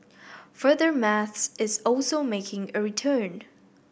further maths is also making a return